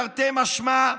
תרתי משמע,